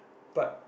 but